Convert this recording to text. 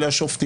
לשופטים.